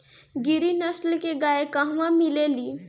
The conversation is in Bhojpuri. गिरी नस्ल के गाय कहवा मिले लि?